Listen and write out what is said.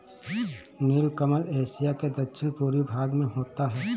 नीलकमल Asia के दक्षिण पूर्वी भाग में होता है